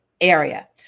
area